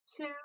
two